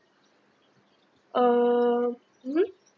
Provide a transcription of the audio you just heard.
uh mmhmm